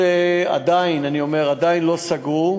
זה עדיין לא סגור,